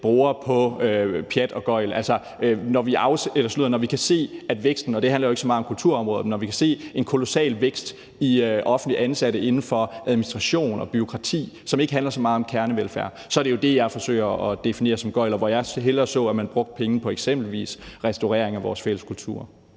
bruger på pjat og gøgl. Altså, når vi kan se – og det handler ikke så meget om kulturområdet – en kolossal vækst i antallet af offentligt ansatte inden for administration og øget bureaukrati, som ikke handler så meget om kernevelfærd, er det jo det, jeg forsøger at definere som gøgl, og jeg så hellere, at man brugte pengene på eksempelvis restaurering af vores fælles kultur.